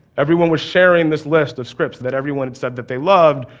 everyone was sharing this list of scripts that everyone had said that they loved,